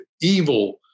evil